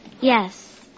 Yes